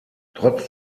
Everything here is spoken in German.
trotz